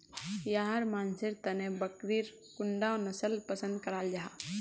याहर मानसेर तने बकरीर कुंडा नसल पसंद कराल जाहा?